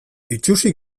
itsusi